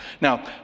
Now